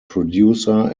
producer